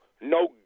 no